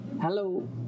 hello